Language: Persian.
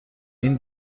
این